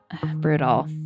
Brutal